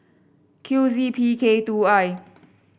Q Z P K two I